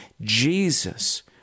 Jesus